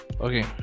okay